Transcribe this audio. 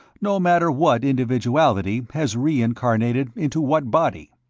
no matter what individuality has reincarnated into what body.